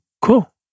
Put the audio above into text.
cool